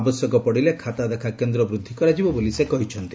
ଆବଶ୍ୟକ ପଡିଲେ ଖାତାଦେଖା କେନ୍ଦ ବୃଦ୍ଧି କରାଯିବ ବୋଲି ସେ କହିଛନ୍ତି